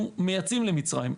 אנחנו מייצאים למצרים.